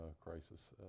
crisis